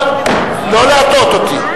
לא להטעות אותי.